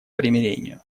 примирению